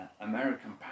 American